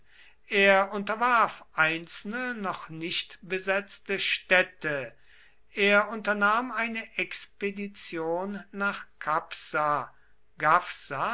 er unterwarf einzelne noch nicht besetzte städte er unternahm eine expedition nach capsa